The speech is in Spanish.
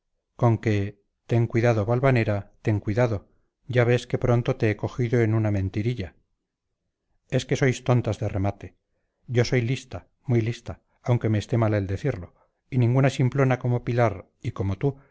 con que ten cuidado valvanera ten cuidado ya ves qué pronto te he cogido en una mentirilla es que sois tontas de remate yo soy lista muy lista aunque me esté mal el decírlo y ninguna simplona como pilar y como tú